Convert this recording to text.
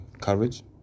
courage